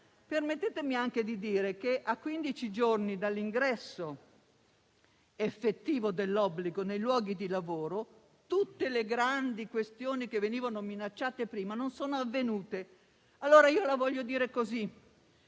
Permettetemi anche di dire che, a quindici giorni dall'ingresso effettivo dell'obbligo nei luoghi di lavoro, tutte le grandi questioni che venivano minacciate prima non sono avvenute. Voglio quindi